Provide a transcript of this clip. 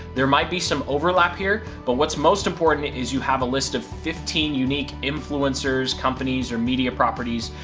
there might be some overlap here, but what's most important is you have a list of fifteen unique influencers, companies or media properties.